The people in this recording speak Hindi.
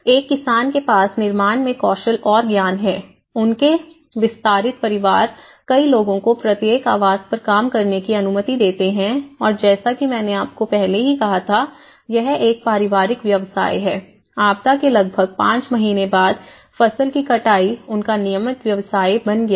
एक किसान के पास निर्माण में कौशल और ज्ञान है उनके विस्तारित परिवार कई लोगों को प्रत्येक आवास पर काम करने की अनुमति देते हैं और जैसा कि मैंने आपको पहले ही कहा था यह एक पारिवारिक व्यवसाय है आपदा के लगभग 5 महीने बाद फसल की कटाई उनका नियमित व्यवसाय बन गया था